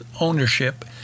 ownership